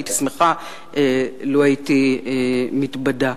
הייתי שמחה לו הייתי מתבדה.